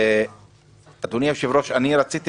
אדוני היושב-ראש, רציתי